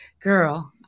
Girl